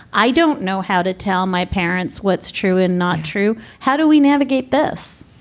i don't know how to tell my parents what's true and not true. how do we navigate this?